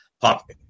pop